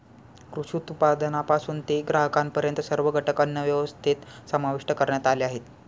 कृषी उत्पादनापासून ते ग्राहकांपर्यंत सर्व घटक अन्नव्यवस्थेत समाविष्ट करण्यात आले आहेत